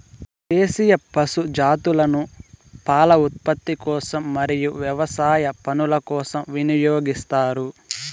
దేశీయ పశు జాతులను పాల ఉత్పత్తి కోసం మరియు వ్యవసాయ పనుల కోసం వినియోగిస్తారు